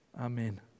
Amen